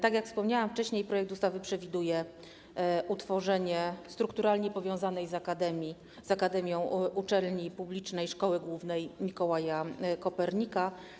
Tak jak wspomniałam wcześniej, projekt ustawy przewiduje utworzenie strukturalnie powiązanej z akademią uczelni publicznej - Szkoły Głównej Mikołaja Kopernika.